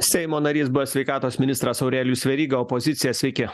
seimo narys buvęs sveikatos ministras aurelijus veryga opozicija sveiki